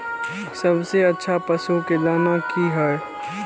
सबसे अच्छा पशु के दाना की हय?